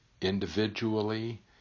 individually